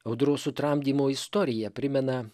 audros sutramdymo istorija primena